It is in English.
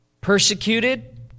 Persecuted